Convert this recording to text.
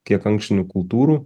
kiek ankštinių kultūrų